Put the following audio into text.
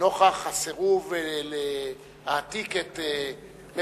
נוכח הסירוב להעתיק את בית-הקברות,